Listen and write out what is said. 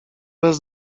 bez